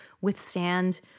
withstand